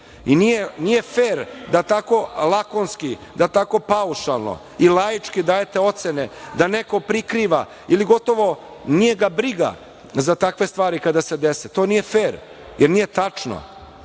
Nije fer da tako lakonski, da tako paušalno i laički dajete ocene da neko prikriva, ili gotovo nije ga briga za takve stvari kada se dese. To nije fer, jer nije tačno.